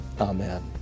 amen